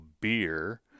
beer